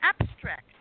abstract